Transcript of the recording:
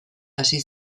hasi